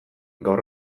gaur